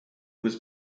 was